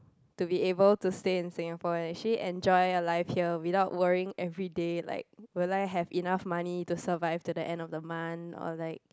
to be able to stay in Singapore and actually enjoy your life here without worrying everyday like will I have enough money to survive to the end of the month or like